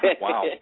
Wow